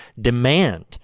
demand